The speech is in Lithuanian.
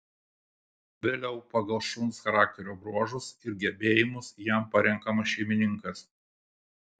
vėliau pagal šuns charakterio bruožus ir gebėjimus jam parenkamas šeimininkas